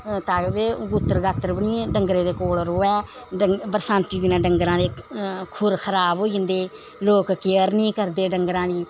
तां जे गूत्तर गात्तर बी निं डंगरें दे कोल रवै बरसांती दिनें डंगरा दे खुर खराब होई जंदे लोक केयर निं करदे डंगरां दी